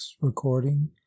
recording